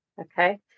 Okay